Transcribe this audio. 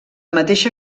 mateixa